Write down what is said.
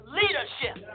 leadership